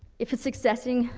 if it's accessing,